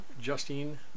Justine